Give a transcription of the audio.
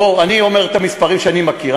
בואו, אני אומר את המספרים שאני מכיר.